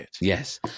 yes